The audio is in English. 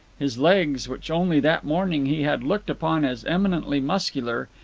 his legs, which only that morning he had looked upon as eminently muscular,